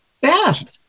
Beth